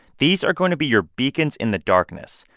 these are going to be your beacons in the darkness,